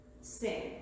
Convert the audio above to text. Sing